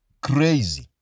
crazy